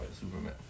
superman